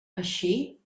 així